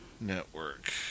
network